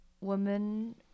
women